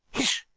hish!